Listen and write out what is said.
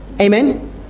amen